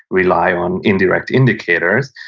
rely on indirect indicators,